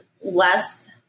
less